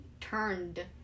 turned